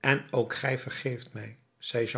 en ook gij vergeeft mij zei